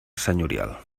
senyorial